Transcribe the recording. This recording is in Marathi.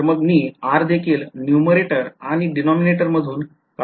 तर मग मी r देखील numerator आणि denominator मधून काढून घेऊ